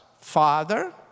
father